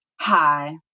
Hi